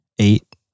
eight